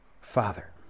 Father